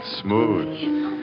Smooth